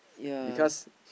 because